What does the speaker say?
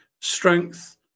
strength